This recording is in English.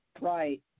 Right